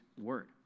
word